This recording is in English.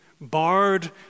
barred